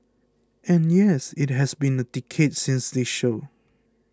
and yes it has been a decade since this show